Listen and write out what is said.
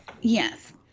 Yes